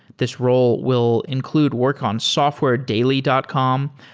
this role will include work on softwaredaily dot com,